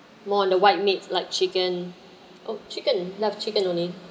more on the white meat like chicken oh chicken love chicken only